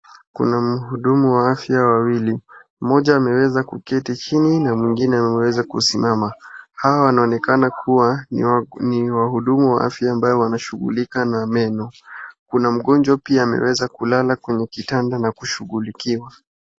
Kuna mhudumu wa afya wawili, mmoja ameweza kuketi chini na mwingine ameweza kusimama .Hawa wanaonekana kuwa ni wahudumu wa afya ambao wanashughulika na meno. Kuna mgonjwa pia ameweza kulala kwenye kitanda na kushughulikiwa.